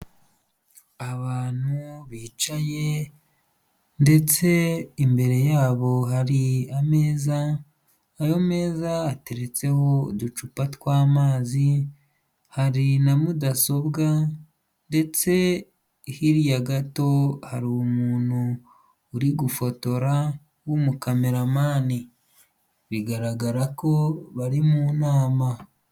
Abantu bicaye ndetse imbere yabo hari ameza, ayo meza ateretseho uducupa tw'amazi, hari na mudasobwa ndetse hirya gato hari umuntu uri gufotora w'umukameramani, bigaragara ko bari mu nama.